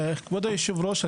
כבוד יושב הראש,